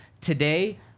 Today